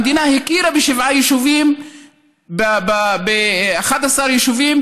המדינה הכירה בשבעה יישובים, ב-11 יישובים.